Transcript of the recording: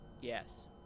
Yes